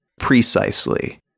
precisely